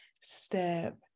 step